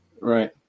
Right